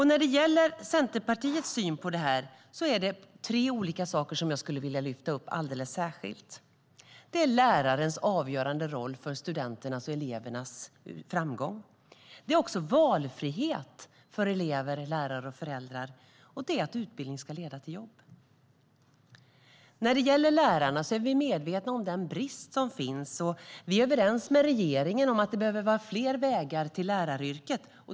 När det gäller Centerpartiets syn på detta är det tre olika saker som jag vill lyfta upp alldeles särskilt. Det är lärarens avgörande roll för studenternas och elevernas framgång. Det är också valfrihet för elever, lärare och föräldrar, och det är att utbildning ska leda till jobb. När det gäller lärarna är vi medvetna om den brist som finns. Vi är överens med regeringen om att det behöver vara fler vägar till läraryrket.